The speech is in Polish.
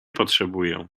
potrzebuję